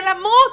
זה למות.